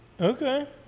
Okay